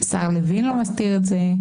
השר לוין לא מסתיר את זה,